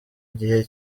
gihe